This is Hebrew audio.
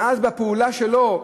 ואז בפעולה שלו,